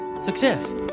success